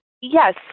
Yes